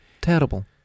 Terrible